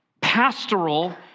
pastoral